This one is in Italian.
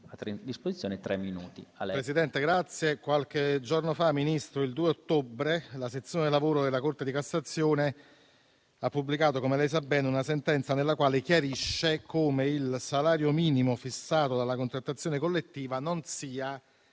Presidente, signor Ministro, qualche giorno fa, il 2 ottobre, la sezione lavoro della Corte di cassazione ha pubblicato una sentenza, come lei sa bene, nella quale chiarisce come il salario minimo fissato dalla contrattazione collettiva non sia